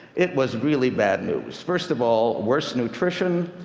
it was really bad news. first of all, worse nutrition,